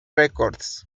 records